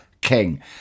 King